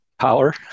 power